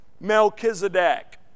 Melchizedek